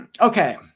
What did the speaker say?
Okay